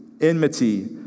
enmity